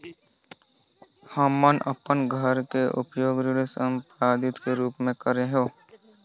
हमन अपन घर के उपयोग ऋण संपार्श्विक के रूप म करे हों